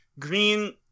Green